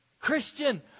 Christian